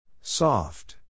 Soft